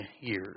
years